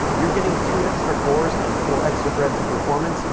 you're getting two extra cores and four extra threads of performance,